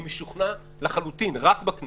אני משוכנע לחלוטין רק בכנסת.